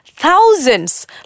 Thousands